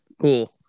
cool